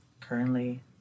currently